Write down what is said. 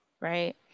right